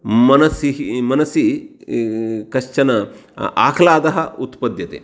मनसि मनसि कश्चन आह्लादः उत्पद्यते